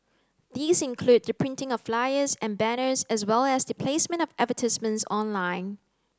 these include the printing of flyers and banners as well as the placement of advertisements online